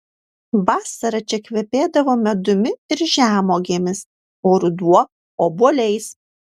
vasara čia kvepėdavo medumi ir žemuogėmis o ruduo obuoliais